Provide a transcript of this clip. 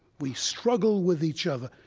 we struggle with each other,